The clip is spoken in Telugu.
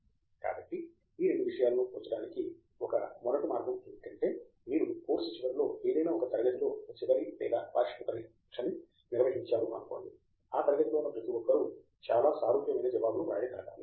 ప్రొఫెసర్ ఆండ్రూ తంగరాజ్ కాబట్టి ఈ రెండు విషయాలను పోల్చడానికి ఒక మొరటు మార్గము ఏమిటంటే మీరు కోర్సు చివరలో ఏదైనా ఒక తరగతి లో ఒక చివరి లేదా వార్షిక పరీక్షని నిర్వహించారు అనుకోండి ఆ తరగతిలో ఉన్న ప్రతి ఒక్కరూ చాలా సారూప్యమైన జవాబు ను వ్రాయగలగాలి